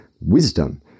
wisdom